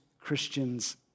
Christians